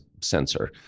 sensor